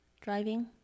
driving